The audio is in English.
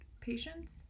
Patience